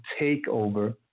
takeover